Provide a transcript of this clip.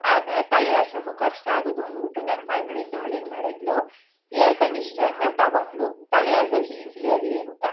ಆಮೇಲೆ ತಲೆ ಆರಿಸೋಕು ಕಷ್ಟ ಆಗೋದು ಅಂದ್ಬಿಟ್ಟು ನನ್ನ ಮಗಳಿದ್ದವಳು ಏನ್ಮಾಡಿದ್ಲು ಏರ್ ಕಂಡಿಷರ್ನ ತಗೊಂಡ್ಳು ತಲೆ ಆರಿಸೋಕೆ ಈಸಿ ಆಗಲಿ ಅಂತ